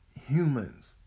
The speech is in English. humans